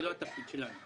זה לא התפקיד שלנו.